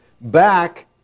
back